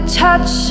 touch